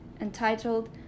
entitled